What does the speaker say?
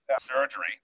surgery